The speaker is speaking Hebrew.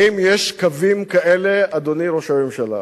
האם יש קווים כאלה, אדוני ראש הממשלה?